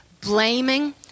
blaming